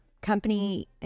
company